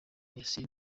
yasin